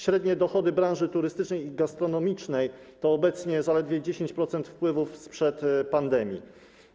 Średnie dochody branży turystycznej i gastronomicznej to obecnie zaledwie 10% wpływów sprzed pandemii.